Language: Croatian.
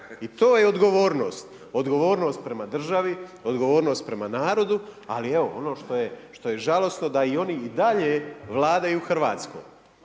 I to je odgovornost, odgovornost prema narodu ali evo, ono što je žalosno da i oni i dalje vladaju Hrvatskom.